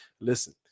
listen